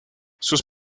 sus